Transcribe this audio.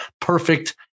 perfect